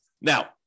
Now